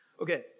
okay